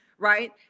Right